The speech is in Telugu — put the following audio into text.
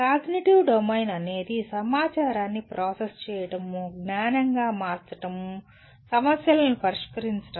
కాగ్నిటివ్ డొమైన్ అనేది సమాచారాన్ని ప్రాసెస్ చేయడం జ్ఞానంగా మార్చడం సమస్యలను పరిష్కరించడం